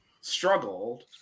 struggled